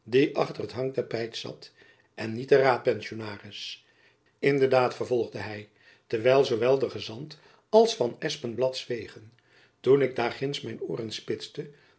achter het hangtapijt zat en niet de raadpensionaris in de daad vervolgde hy terwijl zoowel de gezant als van espenblad zwegen toen ik daar ginds mijn ooren spitste